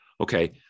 Okay